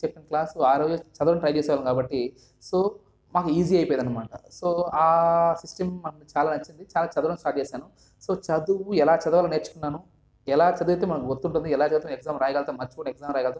చెప్పిన క్లాస్ ఆ రోజే చదవడం ట్రై చేసే వాళ్ళం కాబట్టి సో మాకు ఈజీ అయిపోయేది అనమాట సో ఆ సిస్టం మాకు చాలా నచ్చింది చాలా చదవడం స్టార్ట్ చేశాను సో చదువు ఎలా చదవాలో నేర్చుకున్నాను ఎలా చదివితే మనకు గుర్తుంటుంది ఎలా చదివితే మనం ఎగ్జామ్ రాయగలుగుతాం మర్చిపోకుండా ఎగ్జామ్ రాయగలుగుతాం